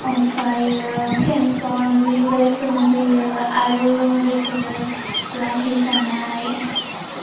ओमफायो पेनशन बुरि बोरायफोरनो होयो आरो अरुन'दयखौबो हौवा थैजानाय